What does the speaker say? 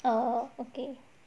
oh okay